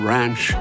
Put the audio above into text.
Ranch